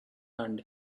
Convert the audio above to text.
and